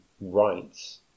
rights